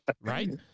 right